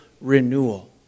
renewal